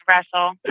Russell